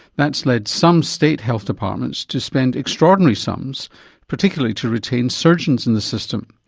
that's led some state health departments to spend extraordinary sums particularly to retain surgeons in the system.